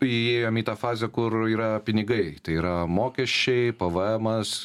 įėjom į tą fazę kur yra pinigai tai yra mokesčiai pvemas